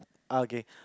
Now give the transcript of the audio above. okay